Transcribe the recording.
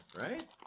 right